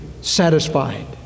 satisfied